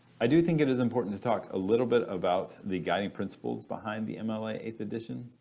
i do think it is important to talk a little bit about the guiding principles behind the mla eighth edition.